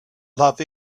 love